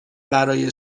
برای